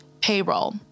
payroll